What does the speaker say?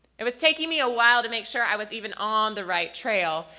it was taking me a while to make sure i was even on the right trail,